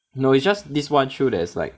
no it's just this one shoe that is like